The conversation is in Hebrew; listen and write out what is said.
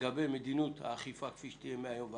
לגבי מדיניות האכיפה כפי שתהיה מהיום והלאה.